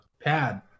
pad